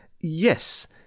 Yes